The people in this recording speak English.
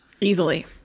Easily